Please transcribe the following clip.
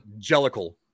Jellicle